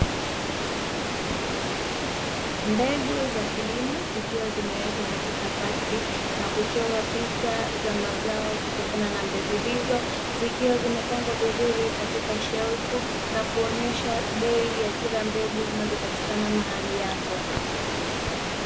Mbegu za kilimo zikiwa zimewekwa katika pakti na kuchorwa picha za mazao, kutokana na mbegu hizo zikiwa zimepangwa vizuri katika shelfu na kuonyesha bei ya kila mbegu zinazopatikana mahali hapo.